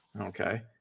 Okay